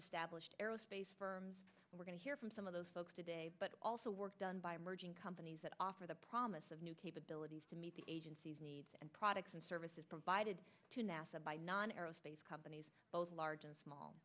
established aerospace firms we're going to hear from some of those folks today but also work done by merging companies that offer the promise of new capabilities to meet the agency's needs and products and services provided to nasa by non aerospace companies both large and small